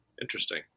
Interesting